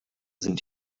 sind